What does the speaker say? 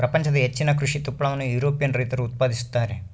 ಪ್ರಪಂಚದ ಹೆಚ್ಚಿನ ಕೃಷಿ ತುಪ್ಪಳವನ್ನು ಯುರೋಪಿಯನ್ ರೈತರು ಉತ್ಪಾದಿಸುತ್ತಾರೆ